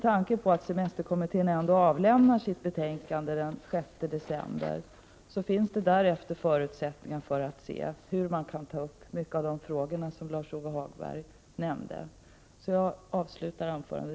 Sedan semesterkommittén avlämnat sitt betänkande den 6 december får vi förutsättningar att ta upp många av de frågor som Lars-Ove Hagberg berörde.